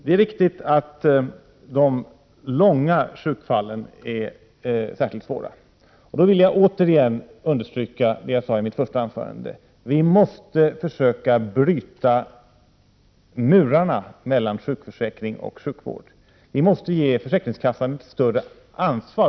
Det är riktigt att de långa sjukskrivningarna är särskilt svåra. Dock vill jag igen understryka det jag sade i mitt första anförande, nämligen att vi måste försöka bryta murarna mellan sjukförsäkring och sjukvård. Vi måste ge försäkringskassan större ansvar.